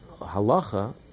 halacha